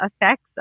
effects